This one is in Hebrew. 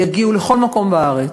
יגיעו לכל מקום בארץ,